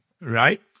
Right